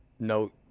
no